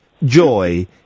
Joy